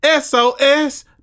SOS